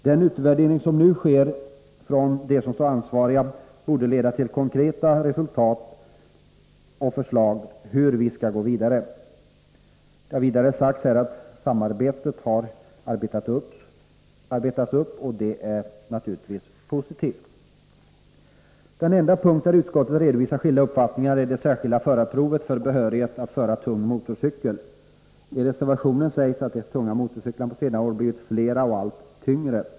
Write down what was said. Den utvärdering som nu sker från dem som står ansvariga borde leda till konkreta förslag om hur vi skall gå vidare. Det har här sagts att samarbetet har arbetats upp, och det är naturligtvis positivt. Den enda punkt där utskottet redovisar skilda uppfattningar gäller det särskilda förarprovet för behörighet att föra tung motorcykel. I reservationen sägs att de tunga motorcyklarna på senare år har blivit fler och allt tyngre.